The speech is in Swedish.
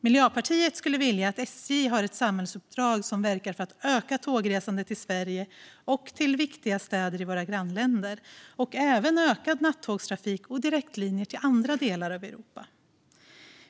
Miljöpartiet skulle vilja att SJ hade ett samhällsuppdrag att verka för ökat tågresande i Sverige och till viktiga städer i våra grannländer, inklusive utökad nattågstrafik och direktlinjer till andra delar av Europa.